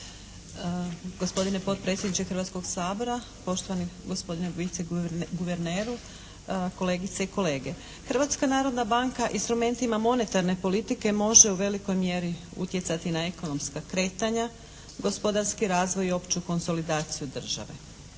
Gospodine potpredsjedniče Hrvatskog sabora, poštovani gospodine vice guverneru, kolegice i kolege! Hrvatska narodna banka instrumentima monetarne politike može u velikoj mjeri utjecati na ekonomska kretanja, gospodarski razvoj i opću konsolidaciju države.